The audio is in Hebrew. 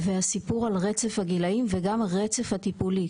והסיפור על רצף הגילאים וגם הרצף הטיפולי.